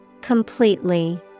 Completely